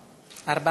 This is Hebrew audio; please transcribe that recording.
אדוני.